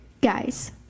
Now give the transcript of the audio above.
Guys